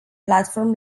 platform